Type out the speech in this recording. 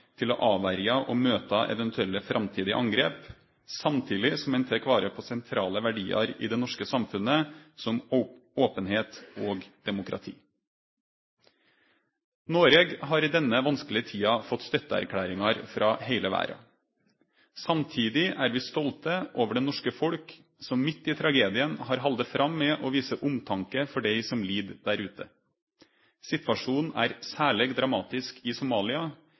til å avverje og møte eventuelle framtidige angrep, samtidig som ein tek vare på sentrale verdiar i det norske samfunnet som openheit og demokrati. Noreg har i denne vanskelege tida fått støtteerklæringar frå heile verda. Samtidig er vi stolte over det norske folket som midt i tragedien har halde fram med å vise omtanke for dei som lid der ute. Situasjonen er særleg dramatisk i Somalia